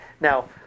Now